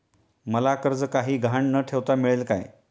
मला कर्ज काही गहाण न ठेवता मिळेल काय?